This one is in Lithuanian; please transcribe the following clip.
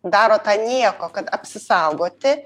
daro tą nieko kad apsisaugoti